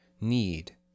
need